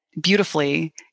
beautifully